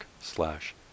slash